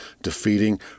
defeating